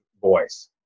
voice